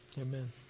amen